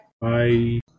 Bye